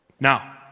Now